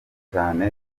cyane